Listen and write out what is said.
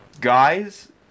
Guys